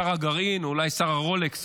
שר הגרעין או אולי שר הרולקס,